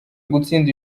gutsinda